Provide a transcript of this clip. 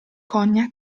cognac